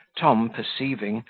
tom, perceiving,